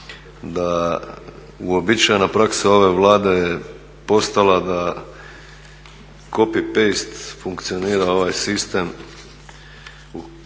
da uobičajena praksa ove Vlade je postala da copy-paste funkcionira ovaj sistem gdje